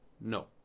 No